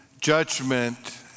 judgment